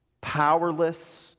powerless